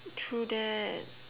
true that